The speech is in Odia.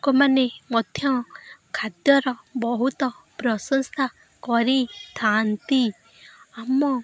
ଲୋକମାନେ ମଧ୍ୟ ଖାଦ୍ୟର ବହୁତ ପ୍ରଶଂସା କରିଥାନ୍ତି ଆମ